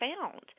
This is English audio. found